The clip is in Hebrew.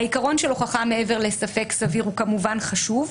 העיקרון של הוכחה מעבר לספק סביר הוא כמובן חשוב,